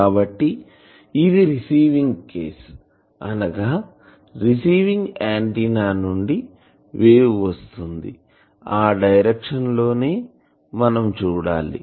కాబట్టి ఇది receiving case అనగా రిసీవింగ్ ఆంటిన్నా నుండి వేవ్ వస్తుంది ఆ డైరెక్షన్ లోనే మనం చూడాలి